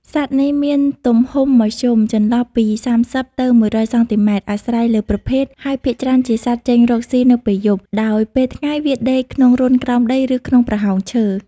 សត្វនេះមានទំហំមធ្យម ចន្លោះពី ៣០ ទៅ ១០០ សង់ទីម៉ែត្រ អាស្រ័យលើប្រភេទ ហើយភាគច្រើនជា សត្វចេញរកស៊ីនៅពេលយប់ ដោយពេលថ្ងៃវាដេកក្នុងរន្ធក្រោមដី ឬក្នុងប្រហោងឈើ។